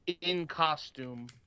in-costume